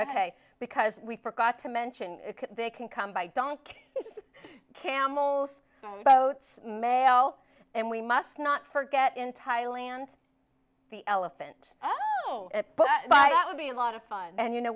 ok because we forgot to mention they can come by dunk camels both male and we must not forget in thailand the elephant but by that would be a lot of fun and you know